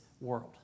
world